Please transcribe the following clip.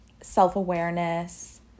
self-awareness